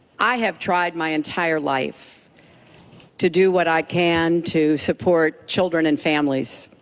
i have tried my entire life to do what i can to support children and families.